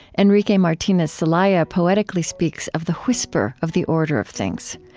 enrique martinez celaya poetically speaks of the whisper of the order of things.